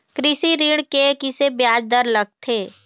कृषि ऋण के किसे ब्याज दर लगथे?